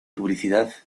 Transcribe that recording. publicidad